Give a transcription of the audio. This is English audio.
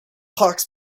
hawks